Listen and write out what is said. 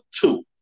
two